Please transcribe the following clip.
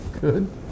Good